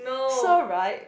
so right